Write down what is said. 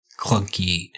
clunky